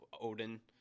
Odin